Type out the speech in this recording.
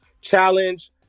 challenge